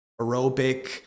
aerobic